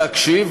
להקשיב,